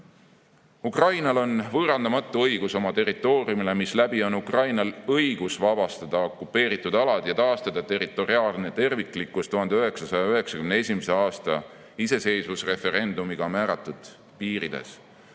Ukrainal on võõrandamatu õigus oma territooriumile, misläbi on Ukrainal õigus vabastada okupeeritud alad ja taastada territoriaalne terviklikkus 1991. aasta iseseisvusreferendumiga määratud piirides.